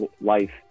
Life